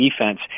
defense